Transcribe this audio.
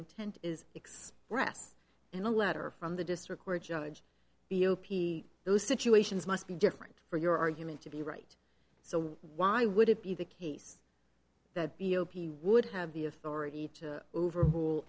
intent is expressed in a letter from the district court judge b o p those situations must be different for your argument to be right so why would it be the case that b o p would have the authority to overrule